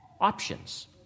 options